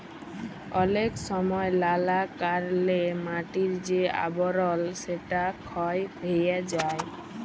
অলেক সময় লালা কারলে মাটির যে আবরল সেটা ক্ষয় হ্যয়ে যায়